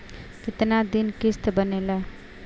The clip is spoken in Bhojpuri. कितना दिन किस्त बनेला?